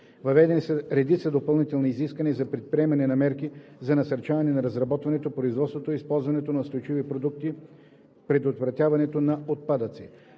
Въведени са редица допълнителни изисквания за предприемане на мерки за насърчаване на разработването, производството и използването на устойчиви продукти, предотвратяването на отпадъци.